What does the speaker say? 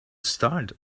start